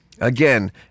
again